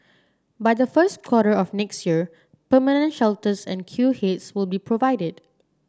by the first quarter of next year permanent shelters and queue heads will be provided